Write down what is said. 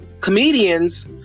comedians